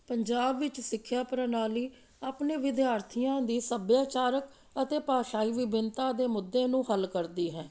ਪੰਜਾਬ ਵਿੱਚ ਸਿੱਖਿਆ ਪ੍ਰਣਾਲੀ ਆਪਣੇ ਵਿਦਿਆਰਥੀਆਂ ਦੀ ਸੱਭਿਆਚਾਰਕ ਅਤੇ ਭਾਸ਼ਾਈ ਵਿਭਿੰਨਤਾ ਦੇ ਮੁੱਦੇ ਨੂੰ ਹੱਲ ਕਰਦੀ ਹੈ